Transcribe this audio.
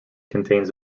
contains